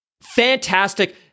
fantastic